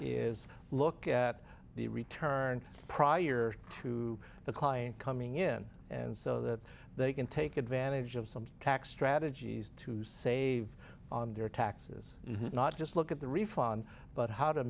is look at the return prior to the client coming in and so that they can take advantage of some tax strategies to save on their taxes not just look at the refund but how to